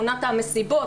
עונת המסיבות,